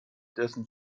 dessen